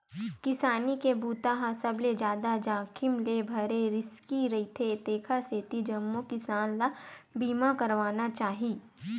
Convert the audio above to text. किसानी के बूता ह सबले जादा जाखिम ले भरे रिस्की रईथे तेखर सेती जम्मो किसान ल बीमा करवाना चाही